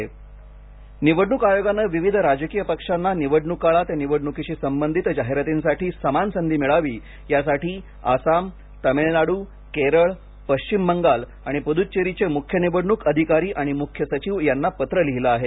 जाहिरात निवडणूक आयोगाने विविध राजकीय पक्षांना निवडणूक काळात निवडणूकीशी संबंधित जाहिरातींसाठी समान संधी मिळावी यासाठी आसाम तामिळनाडू केरळ पश्चिम बंगाल आणि पुडुचेरीचे मुख्य निवडणूक अधिकारी आणि मुख्य सचिव यांना पत्र लिहिले आहे